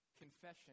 confession